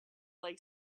like